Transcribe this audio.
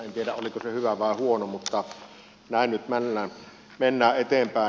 en tiedä oliko se hyvä vai huono mutta näin nyt mennään eteenpäin